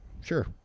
Sure